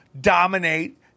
dominate